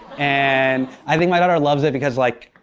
and i think my daughter loves it because, like,